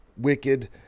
wicked